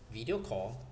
video call